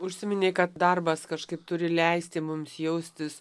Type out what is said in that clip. užsiminei kad darbas kažkaip turi leisti mums jaustis